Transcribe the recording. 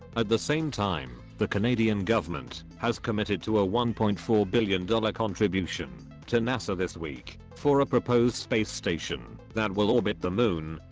at the same time, the canadian government has committed to a one point four billion dollar contribution to nasa this week, for a proposed space station that will orbit the moon.